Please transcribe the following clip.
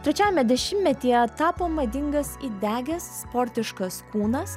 trečiajame dešimtmetyje tapo madingas įdegęs sportiškas kūnas